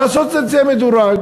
לעשות את זה מדורג.